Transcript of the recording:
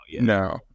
No